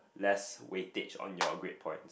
less weightage on your grade point